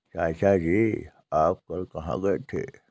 चाचा जी आप कल कहां गए थे?